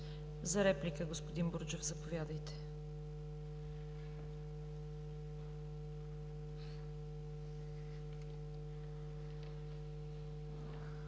За реплика, господин Бурджев, заповядайте.